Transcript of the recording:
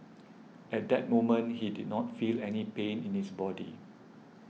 at that moment he did not feel any pain in his body